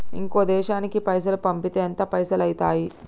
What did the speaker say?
ఇంకో దేశానికి పైసల్ పంపితే ఎంత పైసలు అయితయి?